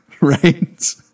Right